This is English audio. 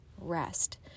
rest